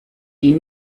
die